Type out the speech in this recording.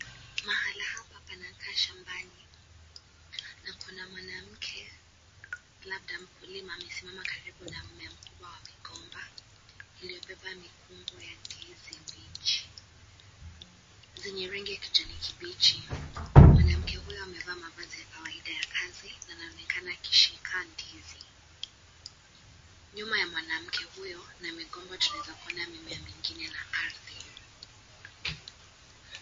Mahala hapa panakaa shambani na kuna mwanamke, labda mkulima, amesimama karibu na mmea mkubwa wa migomba lililobeba mikungu ya ndizi mbichi zenye rangi ya kijani kibichi. Mwanamke huyo amevaa mavazi ya kawaida ya kazi na anaonekana akishika ndizi. Nyuma ya mwanamke huyo ni migomba na tunaeza kuona mimea mengine ya ardhi.